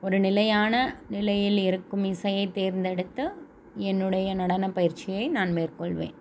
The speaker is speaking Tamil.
ஒரு நிலையான நிலையில் இருக்கும் இசையை தேர்ந்தெடுத்து என்னுடைய நடனப்பயிற்சியை நான் மேற்கொள்வேன்